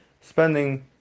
spending